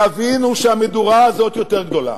יבינו שהמדורה הזאת יותר גדולה.